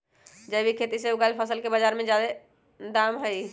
जैविक खेती से उगायल फसल के बाजार में जादे दाम हई